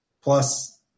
Plus